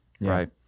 right